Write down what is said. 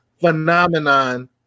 phenomenon